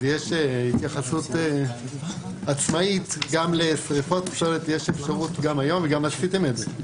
אז יש התייחסות עצמאית גם לשריפות פסולת וגם עשיתם את זה.